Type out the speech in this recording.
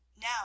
Now